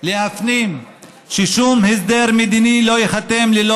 להפנים ששום הסדר מדיני לא ייחתם ללא